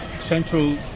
central